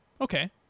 Okay